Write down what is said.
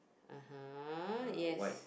(uh huh) yes